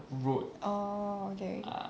orh okay okay